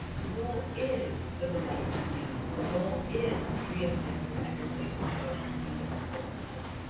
the goal is the beloved community. the goal is to create a place where everybody can show up and be their full selves.